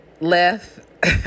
left